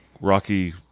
rocky